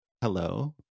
hello